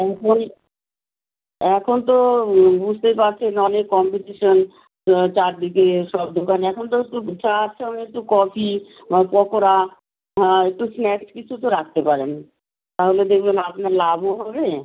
এখন এখন তো বুঝতেই পারছেন অনেক কম্পিটিশান চারদিকে সব দোকানে এখন তো একটু চার সঙ্গে একটু কফি নয় পকোড়া হ্যাঁ একটু স্ন্যাক্স কিছু তো রাখতে পারেন তাহলে দেখবেন আপনার লাভও হবে